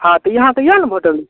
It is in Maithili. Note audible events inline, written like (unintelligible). हॅं तऽ यहाँ तऽ यए ने भोटर (unintelligible)